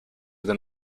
than